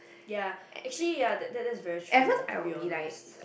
ya actually ya that that's very true to be honest